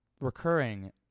recurring